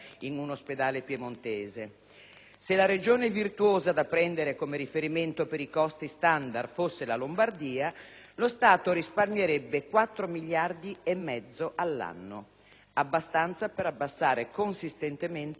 Se la Regione virtuosa da prendere come riferimento per i costi standard fosse la Lombardia, lo Stato risparmierebbe quattro miliardi e mezzo all'anno (abbastanza per abbassare consistentemente l'IRPEF di tutti gli italiani).